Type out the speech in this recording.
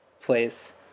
place